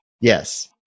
Yes